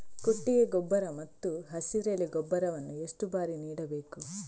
ಕೊಟ್ಟಿಗೆ ಗೊಬ್ಬರ ಮತ್ತು ಹಸಿರೆಲೆ ಗೊಬ್ಬರವನ್ನು ಎಷ್ಟು ಬಾರಿ ನೀಡಬೇಕು?